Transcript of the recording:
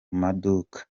maduka